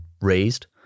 raised